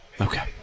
Okay